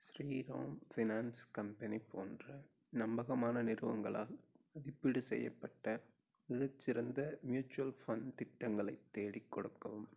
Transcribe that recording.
Sriram finance company போன்ற நம்பகமான நிறுவங்களால் மதிப்பீடு செய்யப்பட்ட மிகச்சிறந்த மியூச்சுவல் ஃபண்ட் திட்டங்களை தேடிக்கொடுக்கவும்